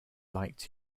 liked